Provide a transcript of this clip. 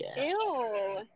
Ew